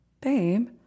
babe